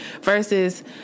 versus